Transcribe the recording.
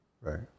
Right